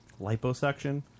liposuction